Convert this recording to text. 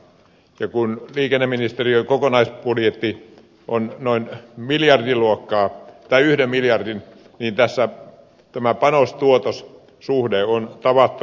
ja kun liikenneministeriön kokonaisbudjetti on noin yhden miljardin niin tässä tämä panostuotos suhde on tavattoman huono